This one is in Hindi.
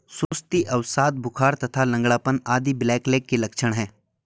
सुस्ती, अवसाद, बुखार तथा लंगड़ापन आदि ब्लैकलेग के लक्षण हैं